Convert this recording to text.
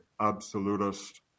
absolutist